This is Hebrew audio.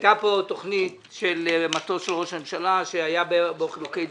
הייתה פה תוכנית של מטוס של ראש הממשלה שהיו בה חילוקי דעות,